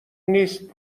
نیست